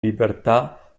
libertà